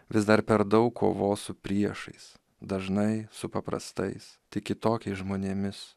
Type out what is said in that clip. vis dar per daug kovos su priešais dažnai su paprastais tik kitokiais žmonėmis